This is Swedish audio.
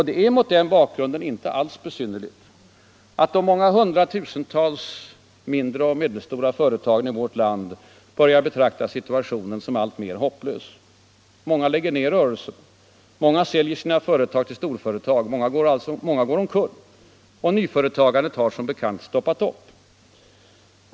Det är mot den bakgrunden inte besynnerligt att de många hundratusentals mindre och medelstora företagen i vårt land betraktar situationen som alltmer hopplös. Många lägger ner rörelsen. Många säljer sina företag till storföretag. Många går omkull. Nyföretagandet har, som bekant stoppat upp.